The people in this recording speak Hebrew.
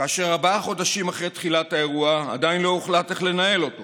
כאשר ארבעה חודשים אחרי תחילת האירוע עדיין לא הוחלט איך לנהל אותו